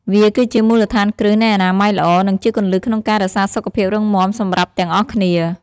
វាគឺជាមូលដ្ឋានគ្រឹះនៃអនាម័យល្អ និងជាគន្លឹះក្នុងការរក្សាសុខភាពរឹងមាំសម្រាប់ទាំងអស់គ្នា។